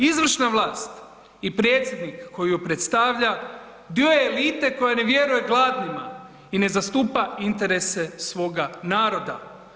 Izvršna vlast i predsjednik koji ju predstavlja dio je elite koja ne vjeruje gladnima i ne zastupa interese svoga naroda.